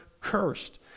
cursed